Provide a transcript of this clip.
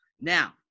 Now